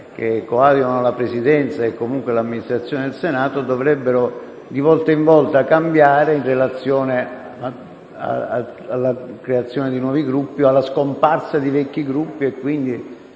che coadiuvano la Presidenza e, comunque, l'amministrazione del Senato dovrebbero, di volta in volta, cambiare in relazione alla creazione di nuovi Gruppi o alla scomparsa di vecchi Gruppi. Il